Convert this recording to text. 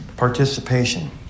Participation